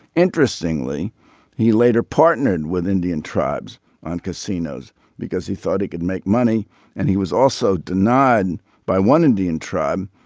interestingly he later partnered with indian tribes on casinos because he thought he could make money and he was also denied by one indian tribe.